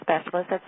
Specialist